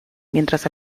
mientras